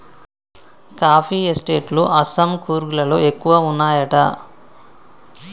coffee estate లు అస్సాం, కూర్గ్ లలో ఎక్కువ వున్నాయట